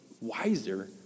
wiser